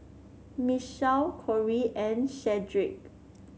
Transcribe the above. Mitchell Kori and Shedrick